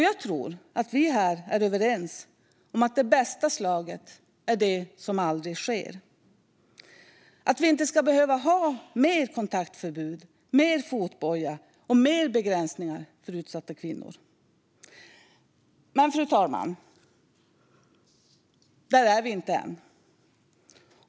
Jag tror att vi här är överens om att det bästa slaget är det som aldrig sker och att vi inte ska behöva ha mer kontaktförbud, mer fotboja och mer begränsningar för utsatta kvinnor. Men, fru talman, där är vi inte än.